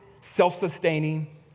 self-sustaining